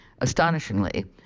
Astonishingly